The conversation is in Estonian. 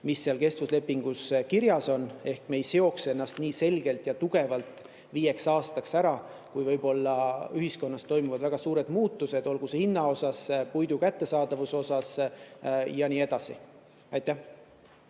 mis kestvuslepingutes kirjas on, et me ei seoks ennast nii selgelt ja tugevalt viieks aastaks ära, kui võib-olla ühiskonnas toimuvad väga suured muutused, olgu hinna osas, puidu kättesaadavuse osas ja nii edasi. Aitäh,